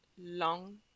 long